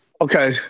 Okay